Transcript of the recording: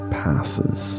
passes